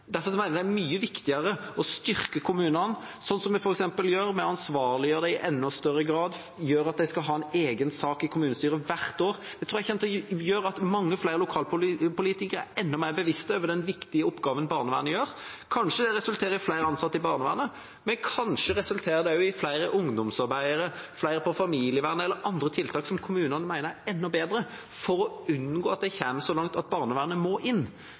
mener jeg det er mye viktigere å styrke kommunene, sånn som vi f.eks. gjør ved å ansvarliggjøre dem i enda større grad, ved at de skal ha en egen sak i kommunestyret hvert år. Det tror jeg kommer til å gjøre at mange flere lokalpolitikere er enda mer bevisst på den viktige oppgaven barnevernet har. Kanskje resulterer det i flere ansatte i barnevernet, men kanskje resulterer det også i flere ungdomsarbeidere, flere i familievernet eller andre tiltak som kommunene mener er enda bedre for å unngå at det kommer så langt at barnevernet må inn.